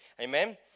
Amen